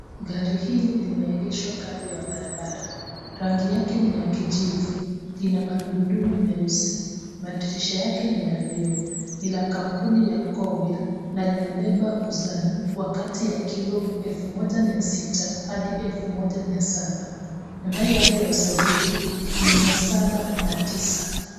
Gari hili limeegeshwa kando ya barabara. Rangi yake ni ya kijivu. Lina magurudumu meusi. Madirisha yake ni ya vioo, ni la kampuni ya Kowil na linabeba uzani wa kati ya kilo elfu moja mia sita hadi elfu moja mia saba. Namba yake ya usajili ni 709 .